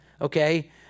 Okay